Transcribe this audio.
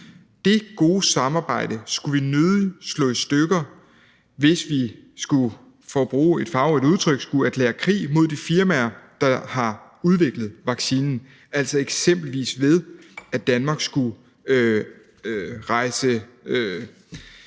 Det gode samarbejde skulle vi nødig slå i stykker, hvis vi skulle, for at bruge et farverigt udtryk, erklære krig mod de firmaer, der har udviklet vaccinen, altså eksempelvis ved at Danmark skulle rejse